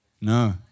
No